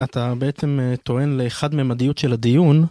אתה בעצם טוען לחד ממדיות של הדיון.